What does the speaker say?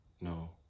No